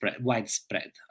widespread